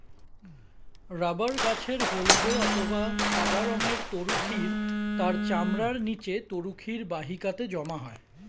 rubber গাছের হল্দে অথবা সাদা রঙের তরুক্ষীর তার চামড়ার নিচে তরুক্ষীর বাহিকাতে জমা হয়